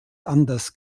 anders